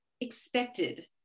expected